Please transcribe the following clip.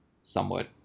somewhat